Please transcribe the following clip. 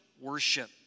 worship